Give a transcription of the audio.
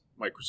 Microsoft